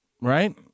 right